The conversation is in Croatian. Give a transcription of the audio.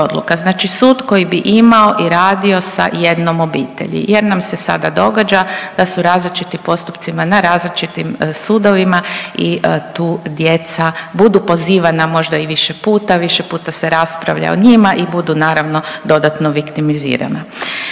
Znači sud koji bi imao i radio sa jednom obitelji jer nam se sada događa da su različitim postupcima na različitim sudovima i tu djeca budu pozivana možda i više puta, više puta se raspravlja o njima i budu naravno dodatno viktimizirana.